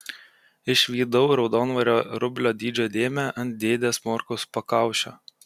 išvydau raudonvario rublio dydžio dėmę ant dėdės morkaus pakaušio